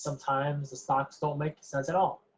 sometimes the stocks don't make sense at all.